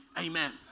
Amen